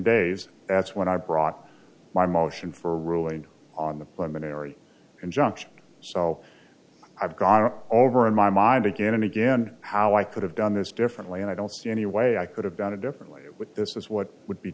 days that's when i brought my motion for a ruling on the limited area injunction so i've gone over in my mind again and again how i could have done this differently and i don't see any way i could have done it differently with this is what would be